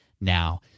now